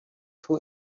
two